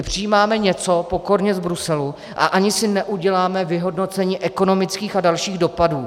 Přijímáme něco pokorně z Bruselu a ani si neuděláme vyhodnocení ekonomických a dalších dopadů.